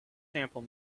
sample